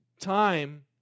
time